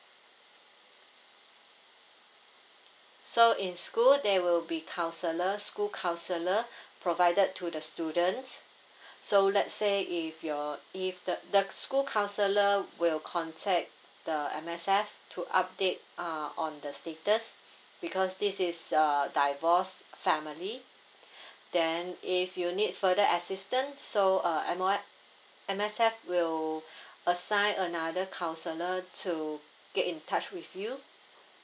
so in school there will be counsellor school counsellor provided to the students so let's say if your if the the school counsellor will contact the M_S_F to update uh on the status because this is err divorced family then if you need further assistant so uh M O what M_S_F will assign another counsellor to get in touch with you